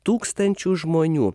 tūkstančių žmonių